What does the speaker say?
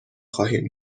خواهیم